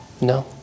No